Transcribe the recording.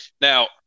Now